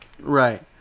Right